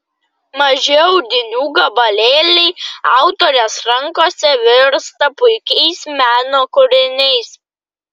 maži audinių gabalėliai autorės rankose virsta puikiais meno kūriniais